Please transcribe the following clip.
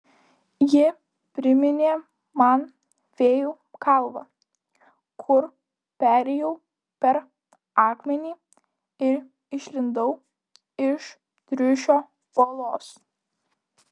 ji priminė man fėjų kalvą kur perėjau per akmenį ir išlindau iš triušio olos